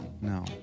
No